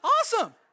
Awesome